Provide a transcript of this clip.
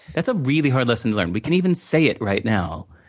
it's a really hard lesson to learn. we can even say it right now.